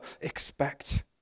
expect